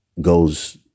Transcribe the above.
goes